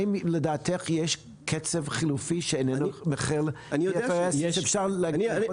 האם לדעתך יש קצף חלופי שאיננו מכיל PFAS ואפשר להחליף בו?